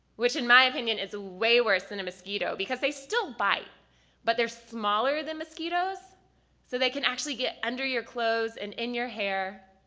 which in my opinion, is way worse that and a mosquito because they still bite but they're smaller than mosquitos so they can actually get under your clothes and in your hair